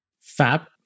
Fab